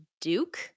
Duke